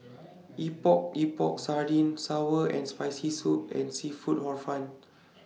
Epok Epok Sardin Sour and Spicy Soup and Seafood Hor Fun